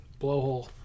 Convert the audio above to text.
Blowhole